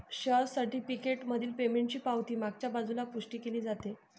share certificate मधील पेमेंटची पावती मागच्या बाजूला पुष्टी केली जाते